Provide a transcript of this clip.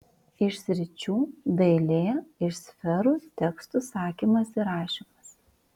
iš sričių dailė iš sferų tekstų sakymas ir rašymas